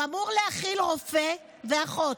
הוא אמור להכיל רופא ואחות,